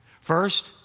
First